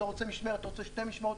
ביקשה משמרת או שתי משמרות,